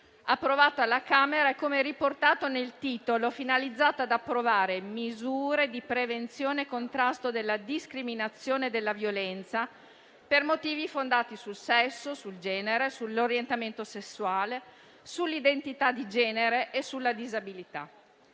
approvato alla Camera e, come riportato nel titolo, finalizzato ad approvare misure di prevenzione e contrasto della discriminazione e della violenza, per motivi fondati sul sesso, sul genere, sull'orientamento sessuale, sull'identità di genere e sulla disabilità.